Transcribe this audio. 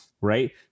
right